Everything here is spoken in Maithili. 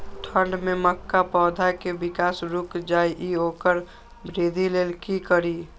ठंढ में मक्का पौधा के विकास रूक जाय इ वोकर वृद्धि लेल कि करी?